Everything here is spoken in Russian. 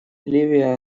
ливия